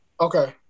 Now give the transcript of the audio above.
Okay